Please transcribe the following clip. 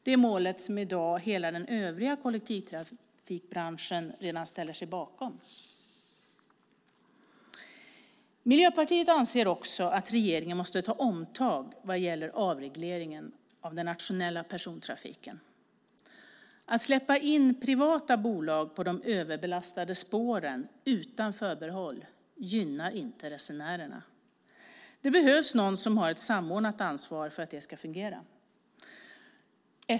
Det målet ställer sig i dag hela den övriga kollektivtrafikbranschen bakom. Miljöpartiet anser också att regeringen måste ta omtag vad gäller avregleringen av den nationella persontrafiken. Att släppa in privata bolag på de överbelastade spåren utan förbehåll gynnar inte resenärerna. Det behövs någon som har ett samordnat ansvar för att det ska fungera.